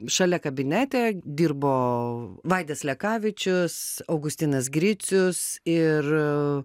šalia kabinete dirbo vaidas lekavičius augustinas gricius ir